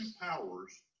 powers